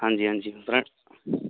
ਹਾਂਜੀ ਹਾਂਜੀ